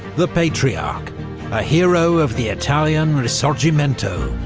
the patriarch a hero of the italian risorgimento,